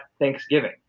Thanksgiving